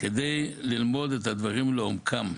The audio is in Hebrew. כדי ללמוד את הדברים לעומקם,